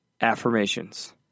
affirmations